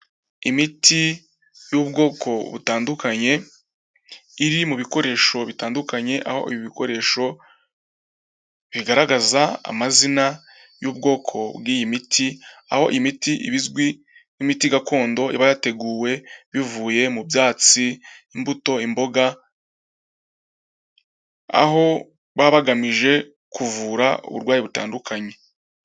Imiti y'ubwoko butandukanye iri mu bikoresho bitandukanye aho ibi bikoresho bigaragaza amazina y'ubwoko bw'iyi miti, aho imiti iba izwi n'imiti gakondo iba yateguwe bivuye mu byatsi imbuto, imboga, aho baba bagamije kuvura uburwayi butandukanye.